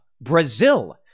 Brazil